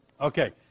Okay